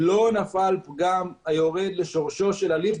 לא נפל פגם היורד לשורשו של הליך,